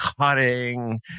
cutting